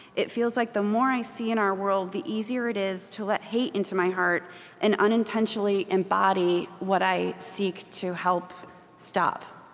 it feels like the more i see in our world, the easier it is to let hate into my heart and unintentionally embody what i seek to help stop.